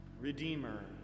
Redeemer